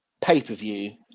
pay-per-view